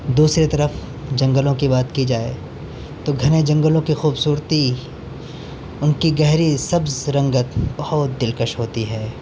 دوسری طرف جنگلوں کی بات کی جائے تو گھنے جنگلوں کی خوبصورتی ان کی گہری سبز رنگت بہت دلکش ہوتی ہے